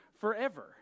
forever